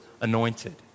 anointed